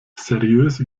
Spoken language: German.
seriöse